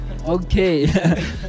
okay